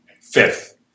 Fifth